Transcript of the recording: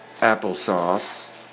applesauce